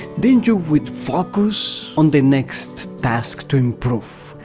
then you would focus on the next task to improve,